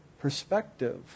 perspective